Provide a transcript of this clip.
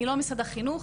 אני לא משרד החינוך,